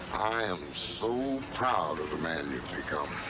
i am so proud of the man you've become.